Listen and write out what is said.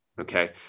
okay